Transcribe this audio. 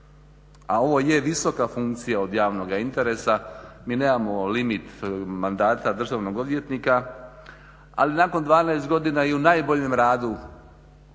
a ovo je visoka funkcija od javnog interesa, mi nemamo limit mandata državnog odvjetnika ali nakon 12 godina i u najboljem radu